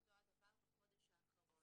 אותו דבר בחודש האחרון.